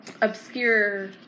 obscure